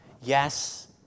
Yes